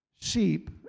sheep